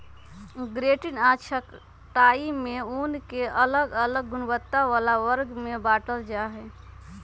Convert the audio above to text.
grading आऽ छँटाई में ऊन के अलग अलग गुणवत्ता बला वर्ग में बाटल जाइ छइ